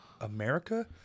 America